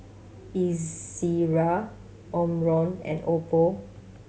Ezerra Omron and Oppo